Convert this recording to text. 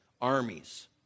armies